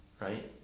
right